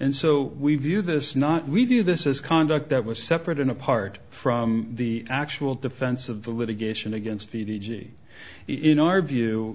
and so we view this not we view this as conduct that was separate and apart from the actual defense of the litigation against fiji in our view